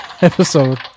episode